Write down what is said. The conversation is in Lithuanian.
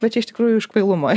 va čia iš tikrųjų iš kvailumo